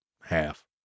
half